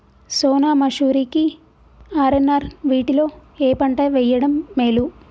సోనా మాషురి కి ఆర్.ఎన్.ఆర్ వీటిలో ఏ పంట వెయ్యడం మేలు?